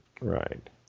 Right